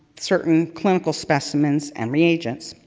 certain clinical specimens and re-agents.